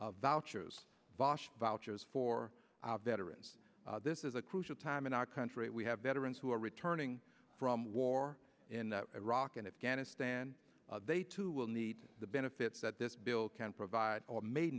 vosh vouchers for our veterans this is a crucial time in our country we have veterans who are returning from war in iraq and afghanistan they too will need the benefits that this bill can provide or ma